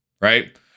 right